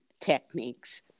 techniques